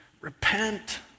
repent